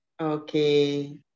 okay